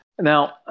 Now